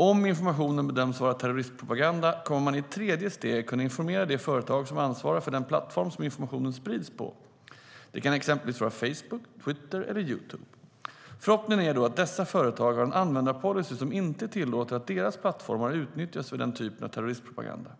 Om informationen bedöms vara terrorismpropaganda kommer man i ett tredje steg att kunna informera de företag som ansvarar för den plattform som informationen sprids på. Det kan exempelvis vara Facebook, Twitter eller Youtube. Förhoppningen är då att dessa företag har en användarpolicy som inte tillåter att deras plattformar utnyttjas för den typen av terrorismpropaganda.